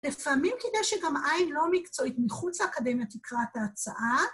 ‫לפעמים כדאי שגם עין לא מקצועית ‫מחוץ לאקדמיה תקרא את ההצעה.